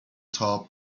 تاب